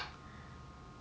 mm